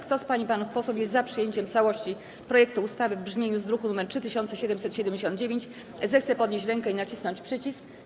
Kto z pań i panów posłów jest za przyjęciem w całości projektu ustawy w brzmieniu z druku nr 3779, zechce podnieść rękę i nacisnąć przycisk.